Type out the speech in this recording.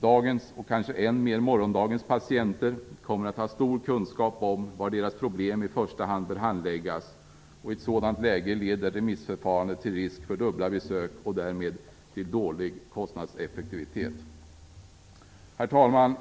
Dagens och kanske än mer morgondagens patienter kommer att ha stor kunskap om var deras problem i första hand bör handläggas. I ett sådant läge leder remissförfarandet till risk för dubbla besök och därmed dålig kostnadseffektivitet. Herr talman!